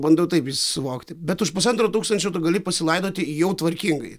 bandau taip suvokti bet už pusantro tūkstančio tu gali pasilaidoti jau tvarkingai